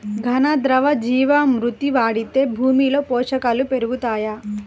ఘన, ద్రవ జీవా మృతి వాడితే భూమిలో పోషకాలు పెరుగుతాయా?